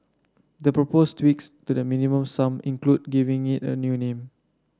the proposed tweaks to the Minimum Sum include giving it a new name